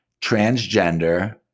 transgender